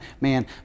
man